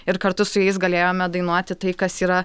ir kartu su jais galėjome dainuoti tai kas yra